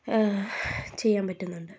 ചെയ്യാൻ പറ്റുന്നുണ്ട്